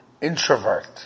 introvert